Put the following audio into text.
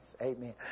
Amen